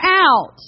out